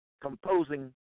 composing